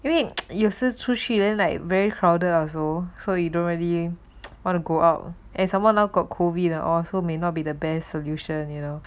因为有事出去 then like very crowded also so you don't really want to go out and somemore now got COVID and all may not be the best solution you know